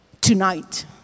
Tonight